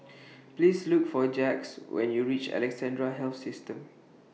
Please Look For Jacquez when YOU REACH Alexandra Health System